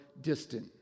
distant